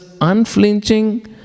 unflinching